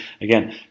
again